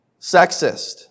sexist